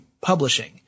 publishing